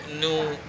new